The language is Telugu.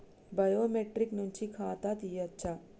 బయోమెట్రిక్ నుంచి ఖాతా తీయచ్చా?